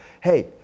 hey